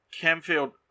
Camfield